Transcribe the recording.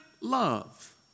love